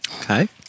Okay